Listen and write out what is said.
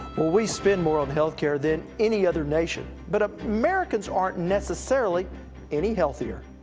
we spend more on health care than any other nation, but ah americans aren't necessarily any healthier.